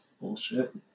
bullshit